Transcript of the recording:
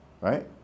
Right